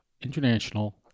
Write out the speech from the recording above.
International